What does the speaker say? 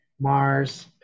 Mars